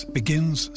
begins